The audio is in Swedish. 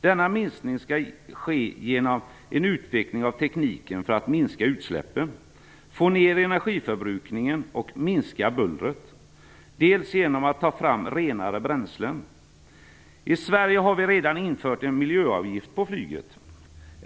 Denna minskning skall ske genom en utveckling av tekniken för att minska utsläppen, för att få ner energiförbrukningen och för att minska bullret bl.a. genom framtagandet av rena bränslen. I Sverige har vi redan infört en miljöavgift på flyget.